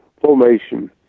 formation